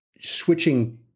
switching